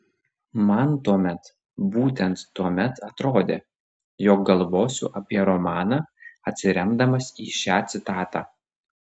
man tuomet būtent tuomet atrodė jog galvosiu apie romaną atsiremdamas į šią citatą